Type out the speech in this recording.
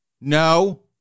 No